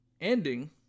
ending